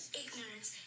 ignorance